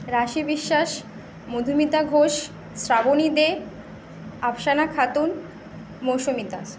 রাশি বিশ্বাস মধুমিতা ঘোষ শ্রাবনী দে আফসানা খাতুন মৌসুমি দাস